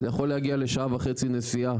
זה יכול להגיע למרחק של שעה וחצי נסיעה